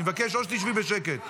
אני מבקש, או שתשבי בשקט.